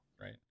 right